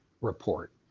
report